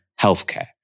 healthcare